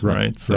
right